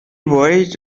voyaged